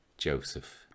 Joseph